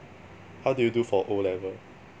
how do you do for O level